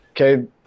Okay